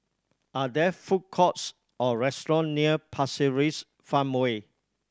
are there food courts or restaurant near Pasir Ris Farmway